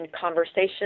conversation